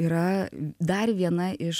yra dar viena iš